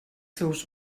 seus